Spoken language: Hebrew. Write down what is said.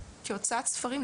כהוצאת ספרים,